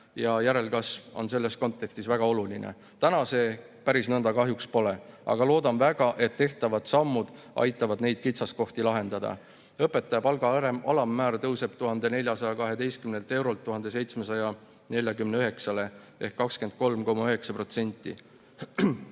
Järelkasv on selles kontekstis väga oluline. Täna see päris nõnda kahjuks pole, aga loodan väga, et tehtavad sammud aitavad neid kitsaskohti lahendada. Õpetaja palga alammäär tõuseb 1412 eurolt 1749‑le ehk 23,9%.